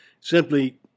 Simply